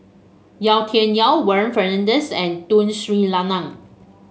Yau Tian Yau Warren Fernandez and Tun Sri Lanang